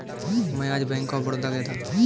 मैं आज bank of Baroda गया था